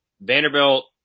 Vanderbilt